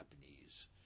Japanese